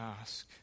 ask